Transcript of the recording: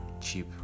cheap